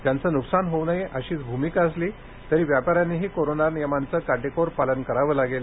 त्यांचं नुकसान होऊ नये अशीच भूमिका असली तरी व्यापाऱ्यांनाही कोरोना नियमांचे काटेकोर पालन करावे लागेल